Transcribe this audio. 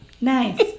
Nice